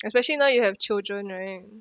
especially now you have children right